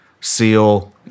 SEAL